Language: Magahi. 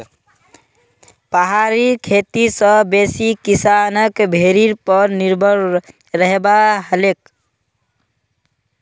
पहाड़ी खेती स बेसी किसानक भेड़ीर पर निर्भर रहबा हछेक